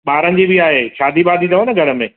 ॿारनि जी बि आहे शादी बादी अथव न घर में